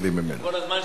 כל הזמן שיש לו,